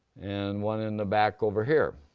and one in the back over here.